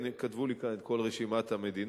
וכתבו לי כאן את כל רשימת המדינות,